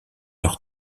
leurs